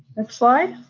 next slide.